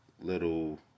little